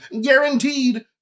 guaranteed